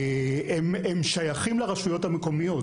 שייכים לרשויות המקומיות.